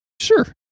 Sure